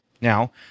Now